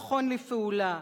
נכון לפעולה.